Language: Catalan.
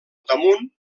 damunt